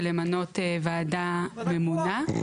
ולמנות ועדה ממונה,